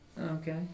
Okay